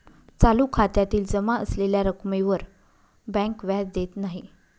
चालू खात्यातील जमा असलेल्या रक्कमेवर बँक व्याज देत नाही